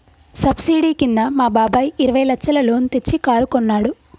subsidy కింద మా బాబాయ్ ఇరవై లచ్చల లోన్ తెచ్చి కారు కొన్నాడు